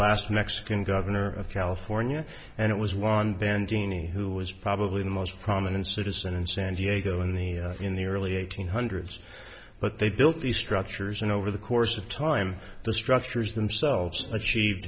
last mexican governor of california and it was juan bandini who was probably the most prominent citizen in san diego in the in the early eight hundred s but they built these structures and over the course of time the structures themselves achieved